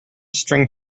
string